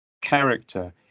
character